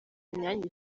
imyanya